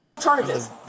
Charges